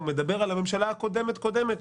הוא מדבר על הממשלה הקודמת לקודמת,